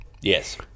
Yes